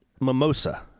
mimosa